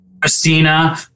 Christina